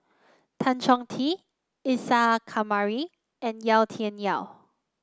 Tan Chong Tee Isa Kamari and Yau Tian Yau